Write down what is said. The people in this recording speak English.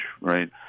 right